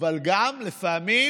וגם לפעמים